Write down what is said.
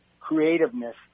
creativeness